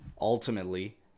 ultimately